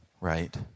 right